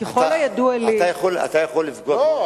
אתה יכול, לא,